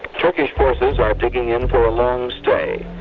turkish forces are digging in for a long stay.